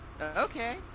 Okay